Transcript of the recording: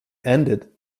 ended